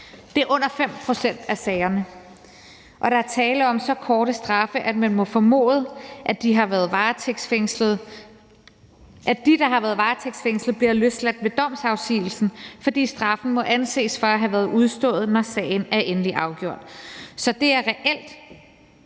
Det er under 5 pct. af sagerne, og der er tale om så korte straffe, at man må formode, at de, der har været varetægtsfængslet, bliver løsladt ved domsafsigelsen, fordi straffen må anses for at have været udstået, når sagen er endeligt afgjort. Så at det her reelt